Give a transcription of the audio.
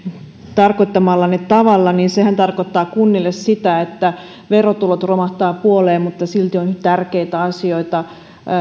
tarkoittamallanne tavalla niin sehän tarkoittaa kunnille sitä että verotulot romahtavat puoleen mutta silti on tärkeitä asioita